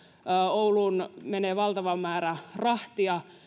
ouluun menee valtava määrä rahtia